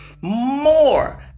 more